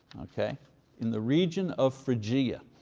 in the region of phrygia.